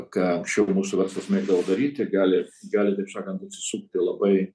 ką anksčiau mūsų verslas mėgdavo daryti gali gali taip sakant užsisukti labai